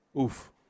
Oof